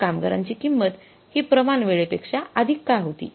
तर कामगारांची किंमत हि प्रमाण वेळेपेक्षा अधिक का होती